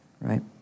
right